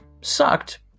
sucked